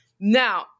Now